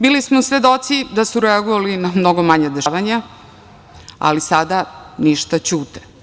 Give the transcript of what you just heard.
Bili smo svedoci da su reagovali na mnogo manja dešavanja, ali sada ništa, ćute.